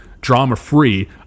drama-free